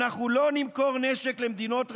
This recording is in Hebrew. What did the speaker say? אנחנו לא נמכור נשק למדינות רצחניות.